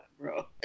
bro